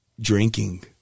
drinking